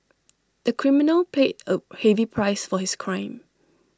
the criminal paid A heavy price for his crime